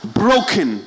broken